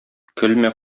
көлмә